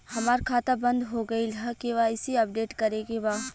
हमार खाता बंद हो गईल ह के.वाइ.सी अपडेट करे के बा?